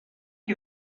qui